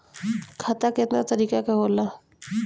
खाता केतना तरीका के होला?